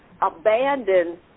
abandon